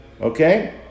Okay